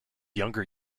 younger